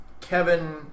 Kevin